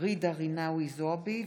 ג'ידא רינאוי זועבי,